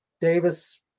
Davis